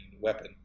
weapon